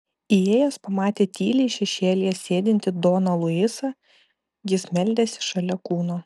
įėjęs pamatė tyliai šešėlyje sėdintį doną luisą jis meldėsi šalia kūno